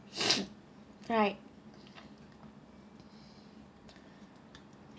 right